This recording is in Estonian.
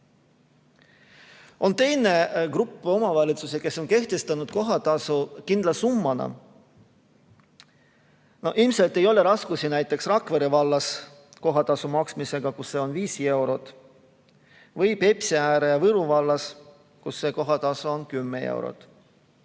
Teine grupp omavalitsusi on kehtestanud kohatasu kindla summana. Ilmselt ei ole raskusi näiteks Rakvere vallas kohatasu maksmisega, kus see on viis eurot, või Peipsiääre ja Võru vallas, kus see on kümme eurot.